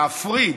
להפריד.